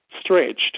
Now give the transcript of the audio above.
stretched